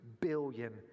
billion